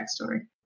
backstory